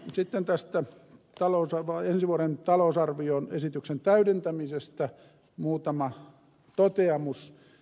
sitten tästä ensi vuoden talousarvioesityksen täydentämisestä muutama toteamus